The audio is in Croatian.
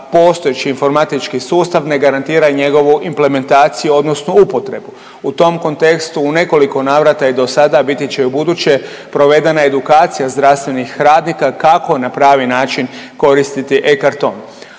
postojeći informatički sustav ne garantira i njegovu implementaciju odnosno upotrebu. U tom kontekstu u nekoliko navrata je do sada, a biti će i ubuduće, provedena edukacija zdravstvenih radnika kako na pravi način koristiti e-karton.